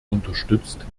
unterstützt